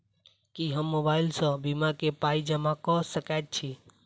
की हम मोबाइल सअ बीमा केँ पाई जमा कऽ सकैत छी?